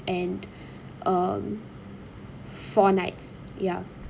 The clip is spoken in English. and um four nights ya